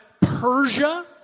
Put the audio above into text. Persia